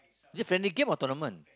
is it friendly game or tournament